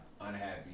unhappy